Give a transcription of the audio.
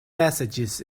messages